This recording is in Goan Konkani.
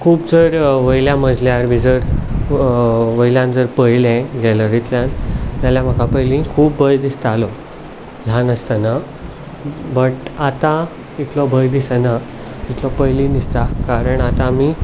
खूब चड वयल्या मजल्यार बी जर वयल्यान जर पयलें गॅलरींतल्यान जाल्यार म्हाका पयलीं खूब भंय दिसतालो ल्हान आसतना बट आतां तितलो भंय दिसना जितलो पयलीं दिसता कारण आतां आमी